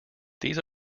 these